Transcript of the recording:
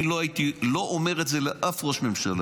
אני לא אומר את זה על אף ראש ממשלה